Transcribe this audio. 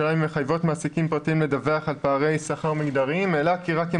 מחייבות מעסיקים פרטיים לדווח על פערי שכר מגדריים הסקר העלה כי רק על